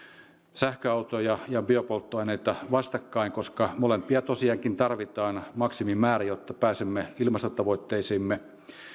sähköautoja ja biopolttoaineita vastakkain koska molempia tosiaankin tarvitaan maksimimäärä jotta pääsemme ilmastotavoitteisiimme